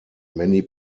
many